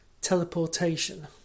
teleportation